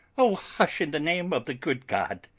oh, hush! in the name of the good god.